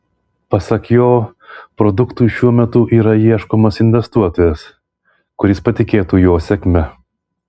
pasak jo produktui šiuo metu yra ieškomas investuotojas kuris patikėtų jo sėkme